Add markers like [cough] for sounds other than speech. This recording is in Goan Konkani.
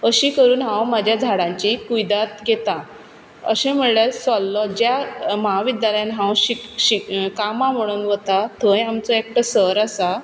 अशी करून हांव म्हाज्या झाडांची कुयदाद घेतां अशें म्हळ्यार सल्लो ज्या म्हाविद्यालयांत हांव [unintelligible] [unintelligible] कामा म्हुणून वता थंय आमचो एकटो सर आसा